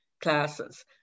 classes